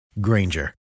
Granger